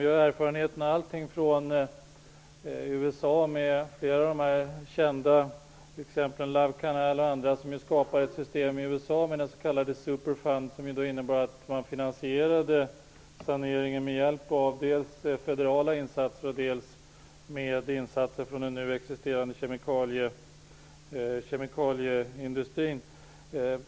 Vi har erfarenhet från USA, med bl.a. det kända exemplet ''Love Canal'', som skapade ett system med en s.k. superfund, som innebar att man finansierade saneringen med hjälp av dels federala insatser, dels insatser från den nu existerande kemikalieindustrin.